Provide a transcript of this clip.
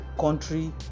country